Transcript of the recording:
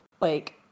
like-